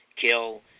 kill